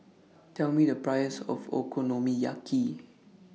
Tell Me The Price of Okonomiyaki